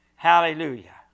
Hallelujah